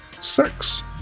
sex